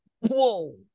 Whoa